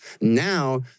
Now